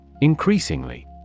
Increasingly